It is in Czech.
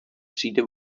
přijde